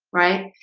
right?